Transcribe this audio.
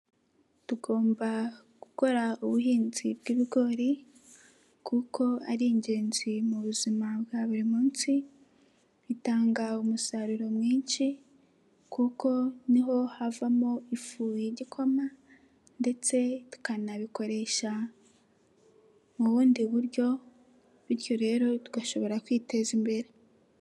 Tugomba gukora ubuhinzi bw'ibigori kuko ari ingenzi mu buzima bwa buri munsi, bitanga umusaruro mwinshi kuko ni ho havamo ifu y'igikoma ndetse tukanabikoresha mu bundi buryo bityo rero tugashobora kwiteza imbere.